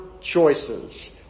choices